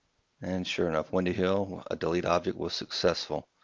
and sure enough, wendy hill deleteobject was successful.